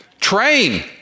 Train